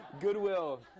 Goodwill